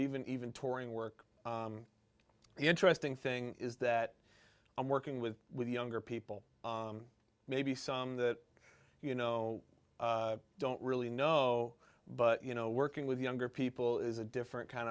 even even touring work the interesting thing is that i'm working with younger people maybe some that you know don't really know but you know working with younger people is a different kind